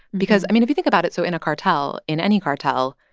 because, i mean, if you think about it so in a cartel, in any cartel,